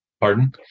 Pardon